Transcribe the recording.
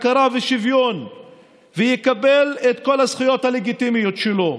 הכרה ושוויון ויקבל את כל הזכויות הלגיטימיות שלו.